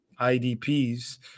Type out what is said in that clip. IDPs